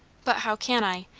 but how can i?